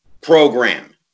program